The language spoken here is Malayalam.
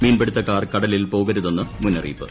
മീൻപിടുത്തക്കാർ കടലിൽ പോകരുതെന്ന് മുന്നറിയിപ്പ്